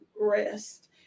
rest